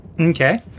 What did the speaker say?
Okay